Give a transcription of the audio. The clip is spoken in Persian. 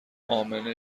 امنه